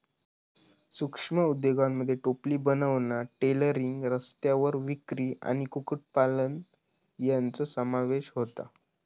सूक्ष्म उद्योगांमध्ये टोपले बनवणा, टेलरिंग, रस्त्यावर विक्री आणि कुक्कुटपालन यांचो समावेश होता